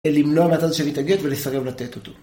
למנוע מהצד השני להתאגד ולסרב לתת אותו.